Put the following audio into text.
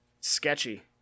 sketchy